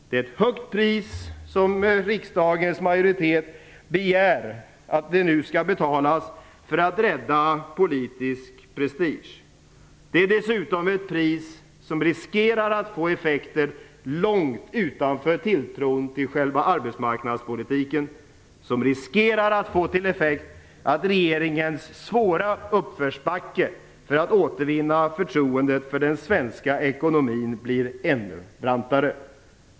Det är ett högt pris som riksdagens majoritet begär att vi nu skall betala för att rädda politisk prestige. Det är dessutom ett pris som riskerar att få effekter långt utanför tilltron till själva arbetsmarknadspolitiken. Det riskerar att få till effekt att regeringens svåra uppförsbacke för att återvinna förtroendet för den svenska ekonomin blir ännu brantare.